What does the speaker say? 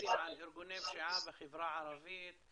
סטטיסטיים על ארגוני פשיעה בחברה הערבית,